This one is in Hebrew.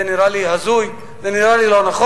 זה נראה לי הזוי, זה נראה לי לא נכון.